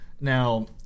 now